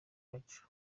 yacu